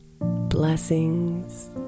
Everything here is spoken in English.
Blessings